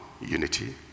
unity